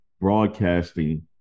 broadcasting